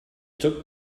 took